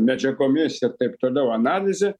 medžiagomis ir taip toliau analizė